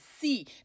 see